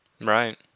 Right